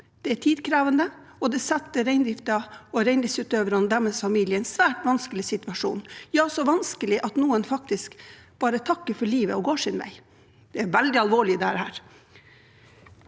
Det er tidkrevende, og det setter reindriften, reindriftsutøverne og deres familier i en svært vanskelig situasjon – ja, så vanskelig at noen faktisk bare takker for livet og går sin vei. Dette er veldig alvorlig.